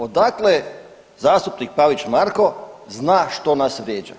Odakle zastupnik Pavić Marko zna što nas vrijeđa?